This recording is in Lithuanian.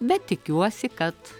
bet tikiuosi kad